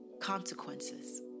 consequences